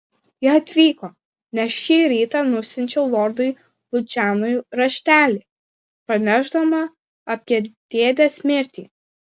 jie atvyko nes šį rytą nusiunčiau lordui lučianui raštelį pranešdama apie dėdės mirtį